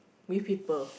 with people